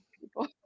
people